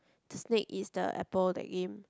the snake is the apple that game